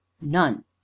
None